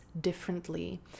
differently